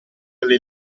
alle